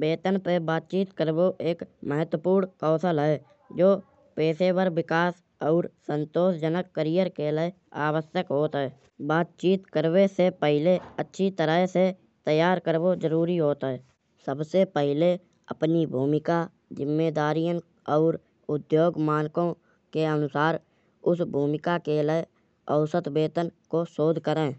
वेतन पे बातचीत करिबो एक महत्वपूर्ण कौशल है। जो पेशेवर विकास और संतोषजनक करियर के लाएँ आवश्यक होत है। बातचीत करिबे से पहिले अच्छे तरह से तैयार करिबो जरुरी होत है। सबसे पहिले अपनी भूमिका ज़िम्मेदारियाँ और उद्योग मालिकाऊ के अनुसार उस भूमिका के लाएँ औसत वेतन को शोध कराए।